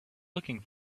looking